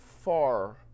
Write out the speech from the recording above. far